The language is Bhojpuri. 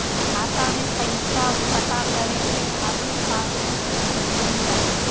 खाता में पईसा पता करे के खातिर पासबुक जरूरी बा?